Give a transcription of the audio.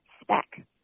spec